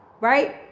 right